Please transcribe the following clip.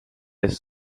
eest